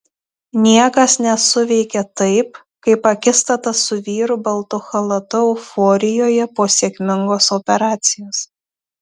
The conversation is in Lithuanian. niekas nesuveikė taip kaip akistata su vyru baltu chalatu euforijoje po sėkmingos operacijos